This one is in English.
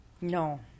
No